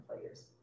players